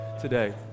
today